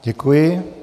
Děkuji.